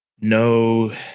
No